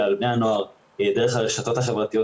על בני הנוער דרך הרשתות החברתיות,